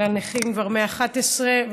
על הנכים כבר מ-11:00,